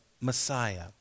Messiah